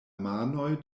manoj